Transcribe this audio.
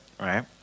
right